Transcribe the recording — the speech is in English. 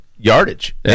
Yardage